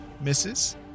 Misses